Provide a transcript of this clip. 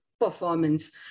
performance